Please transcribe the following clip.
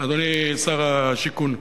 אדוני שר השיכון,